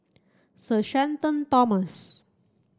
Sir Shenton Thomas